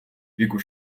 віку